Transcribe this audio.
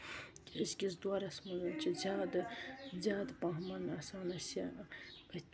أزکِس دورس منز چھُ زیادٕ زیادٕ پَہمَن آسان أسۍ یہِ أتھۍ پٮ۪ٹھ